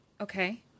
okay